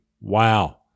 Wow